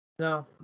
No